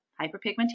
hyperpigmentation